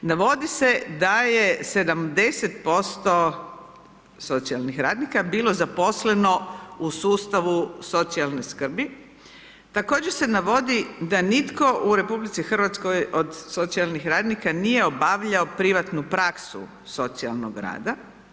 Navodi se da je 70% socijalnih radnika bilo zaposleno u sustavu socijalne skrbi, također se navodi da nitko u RH od socijalnih radnika nije obavljao privatnu praksu socijalnog rada.